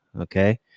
okay